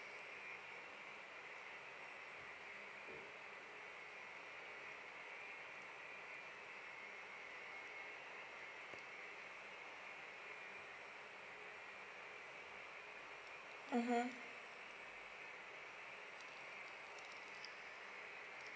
mmhmm